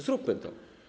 Zróbmy to.